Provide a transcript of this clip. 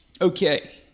Okay